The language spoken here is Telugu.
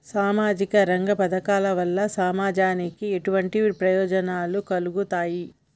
సామాజిక రంగ పథకాల వల్ల సమాజానికి ఎటువంటి ప్రయోజనాలు కలుగుతాయి?